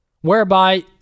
whereby